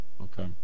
Okay